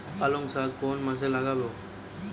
পালংশাক কোন মাসে লাগাব?